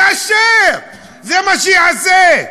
יאשר, זה מה שיעשה.